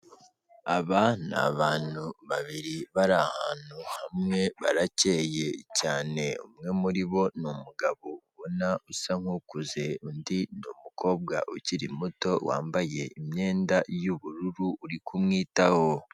Aba ni abantu babiri bari ahantu hamwe barakeye cyane, umwe muri bo ni umugabo ubona usa nk'ukuze, undi ni umukobwa ukiri muto wambaye imyenda y'ubururu uri kumwitaho.